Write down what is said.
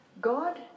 God